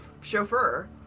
chauffeur